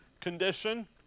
condition